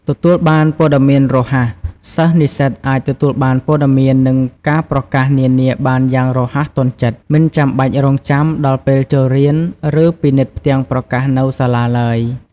ទទួលបានព័ត៌មានរហ័ស សិស្សនិស្សិតអាច ទទួលបានព័ត៌មាន និងការប្រកាសនានាបានយ៉ាងរហ័សទាន់ចិត្ត មិនចាំបាច់រង់ចាំដល់ពេលចូលរៀន ឬពិនិត្យផ្ទាំងប្រកាសនៅសាលាឡើយ។